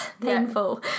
painful